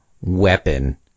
weapon